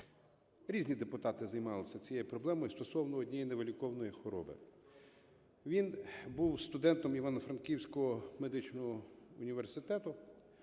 різні депутати займалися цією проблемою, стосовно однієї невиліковної хвороби. Він був студентом Івано-Франківського медичного університету,